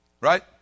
Right